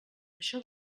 això